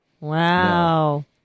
wow